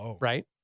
Right